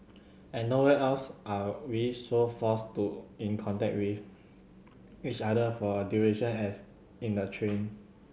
and nowhere else are we so forced to in contact with each other for a duration as in the train